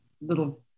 little